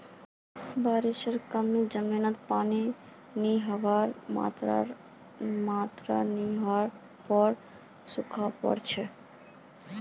बारिशेर कमी आर जमीनत पानीर मात्रा नई होल पर सूखा पोर छेक